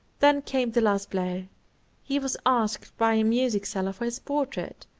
then came the last blow he was asked by a music seller for his portrait,